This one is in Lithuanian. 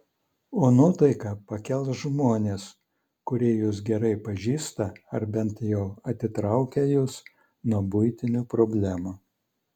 o nuotaiką pakels žmonės kurie jus gerai pažįsta ar bent jau atitraukia jus nuo buitinių problemų